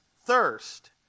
thirst